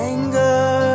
Anger